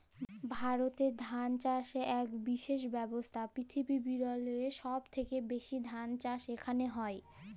ভারতেল্লে ধাল চাষ ইক বিশেষ ব্যবসা, পিরথিবিরলে সহব থ্যাকে ব্যাশি ধাল চাষ ইখালে হয়